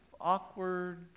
awkward